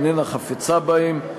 איננה חפצה בהם.